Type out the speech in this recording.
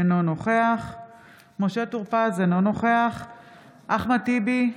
אינו נוכח משה טור פז, אינו נוכח אחמד טיבי,